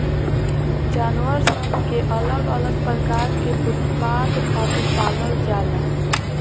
जानवर सन के अलग अलग प्रकार के उत्पाद खातिर पालल जाला